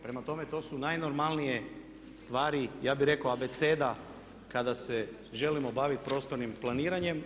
Prema tome, to su najnormalnije stvari ja bih rekao abeceda kada se želimo baviti prostornim planiranjem.